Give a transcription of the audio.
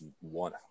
one